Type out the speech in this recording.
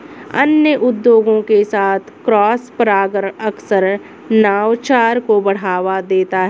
अन्य उद्योगों के साथ क्रॉसपरागण अक्सर नवाचार को बढ़ावा देता है